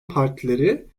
partileri